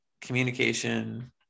communication